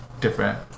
different